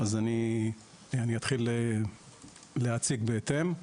אז אני אתחיל להציג בהתאם.